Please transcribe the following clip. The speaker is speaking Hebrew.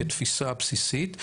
כתפיסה בסיסית.